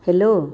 hello